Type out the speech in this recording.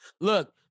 Look